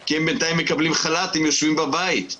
כי בינתיים הם מקבלים חל"ת ויושבים בית.